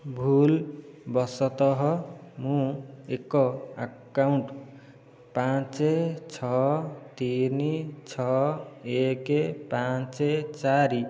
ଭୁଲ୍ବଶତଃ ମୁଁ ଏକ ଆକାଉଣ୍ଟ ପାଞ୍ଚ ଛଅ ତିନି ଛଅ ଏକ ପାଞ୍ଚ ଚାରି